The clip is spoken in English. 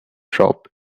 shop